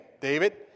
David